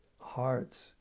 hearts